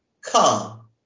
come